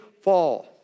fall